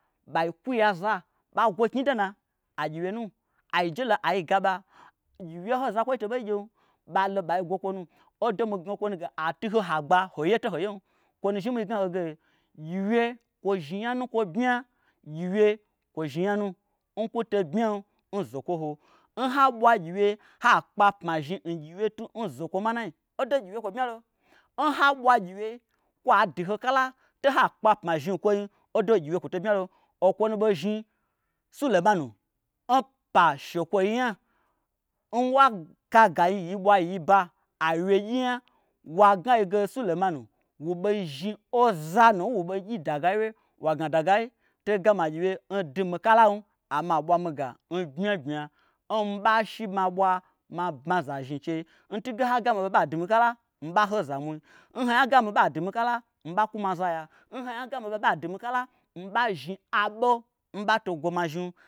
Ɓa gwo knyidona agyiwyenu ai jelo aigaba gyiwye nho zakwoi tobeigyem ɓalo ɓei gwokwo nu odo atuho hagba hoiye tohoi yem kwo nu zhni nmi gnaho ge gyiwye kwozhni nyanu nkwobmya gyiwye kwozhni nyanu nkwotei bmyam n zokwo ho nhaɓwa gyiwye hakpe apmazhni n gyiwyei tu nzokwo manai odo gyiwye kwo bmyalo. nhaɓwa gyiwye kwa duho kala toha kpe apmazhni nkwoyim odo gyiwye kwoto bmyalon okwonu ɓei zhni sulemanu npa shekwoyinya nwaka gayi yiɓwa yiɓa awyegyinya wa gnaige sulemanu woɓei zhni ozanu nwuɓei gyi dagai wye wagna dagayi to gami agyiwye ndu mikalan amma ɓwami ga nbmyabmya nmiɓa shi maɓwa ma bmazazhni nchei ntunge n hagamiɓa ɓa dumikala miɓa hozamwi nhoinya gami ɓa dumikala miɓa kwu maza ya, nhoinya gami ɓa dumikala miɓa zhni aɓo nɓato gwo ma zhni